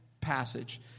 passage